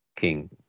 king